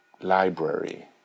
library